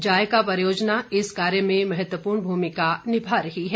जायका परियोजना इस कार्य में महत्वपूर्ण भूमिका निभा रही है